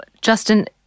Justin